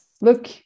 look